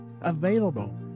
available